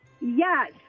yes